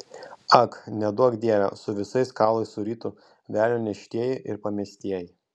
ak neduok dieve su visais kaulais surytų velnio neštieji ir pamestieji